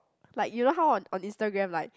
like you know how on on Instagram like